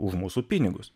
už mūsų pinigus